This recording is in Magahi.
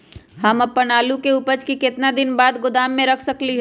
हम अपन आलू के ऊपज के केतना दिन बाद गोदाम में रख सकींले?